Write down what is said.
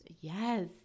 Yes